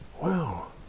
wow